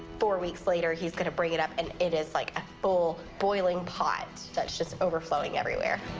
four weeks later he's going to bring it up, and it is like a full, boiling pot that's just overflowing everywhere.